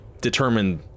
determined